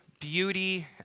beauty